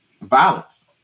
violence